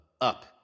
Up